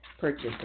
purchase